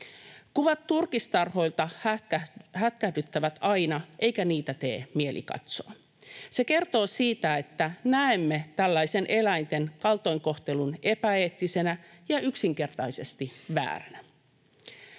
Kuvat turkistarhoilta hätkähdyttävät aina, eikä niitä tee mieli katsoa. Se kertoo siitä, että näemme tällaisen eläinten kaltoinkohtelun epäeettisenä ja yksinkertaisesti vääränä.